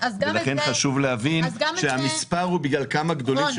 לכן חשוב להבין שהמספר הוא בגלל כמה גדולים,